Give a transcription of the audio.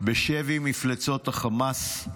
בשבי מפלצות החמאס.